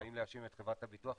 האם להאשים את חברת הביטוח,